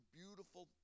beautiful